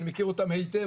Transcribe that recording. אני מכיר אותם היטב,